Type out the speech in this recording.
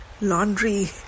Laundry